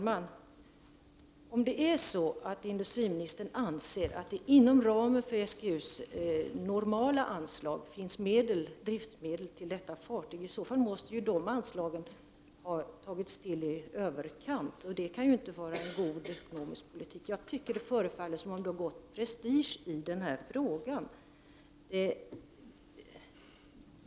Herr talman! Om industriministern anser att det inom ramen för SGU:s normala anslag finns driftsmedel till detta fartyg, måste dessa anslag ha tagits till i överkant, och det kan inte vara en god ekonomisk politik. Jag tycker att det förefaller som om det har gått prestige i denna fråga.